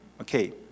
Okay